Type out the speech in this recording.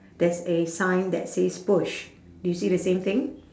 there's a sign that says push do you see the same thing